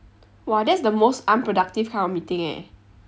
!wah! that's the most unproductive kind of meeting eh